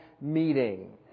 meeting